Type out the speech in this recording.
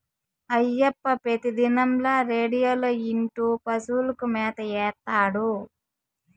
అయ్యప్ప పెతిదినంల రేడియోలో ఇంటూ పశువులకు మేత ఏత్తాడు